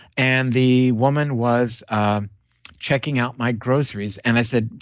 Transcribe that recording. and the woman was checking out my groceries and i said,